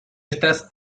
estas